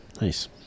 Nice